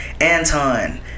Anton